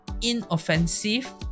inoffensive